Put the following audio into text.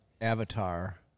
avatar